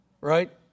right